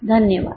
धन्यवाद